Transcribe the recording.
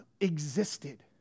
existed